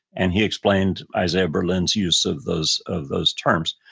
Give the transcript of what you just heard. and he explained isaiah berlin's use of those of those terms.